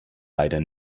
leider